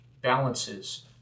balances